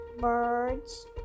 birds